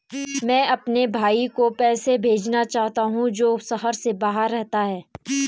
मैं अपने भाई को पैसे भेजना चाहता हूँ जो शहर से बाहर रहता है